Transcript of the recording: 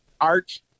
art